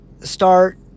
start